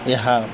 ଏହା